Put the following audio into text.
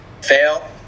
fail